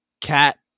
Cat